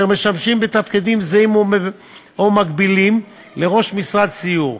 אשר משמשים בתפקידים זהים או מקבילים לראש משרד סיור,